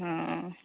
ହଁ